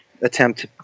attempt